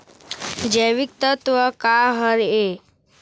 जैविकतत्व का हर ए?